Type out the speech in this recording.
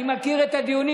אני מכיר את הדיונים.